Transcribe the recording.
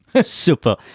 Super